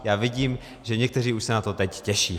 Já vidím, že někteří už se na to teď těší.